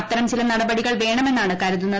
അത്തരം ചില നടപടികൾ വേണമെന്നാണ് കരുതുന്നത്